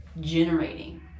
generating